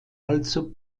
also